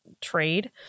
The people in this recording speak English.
trade